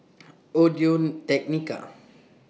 Audio Technica